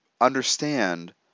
understand